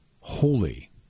holy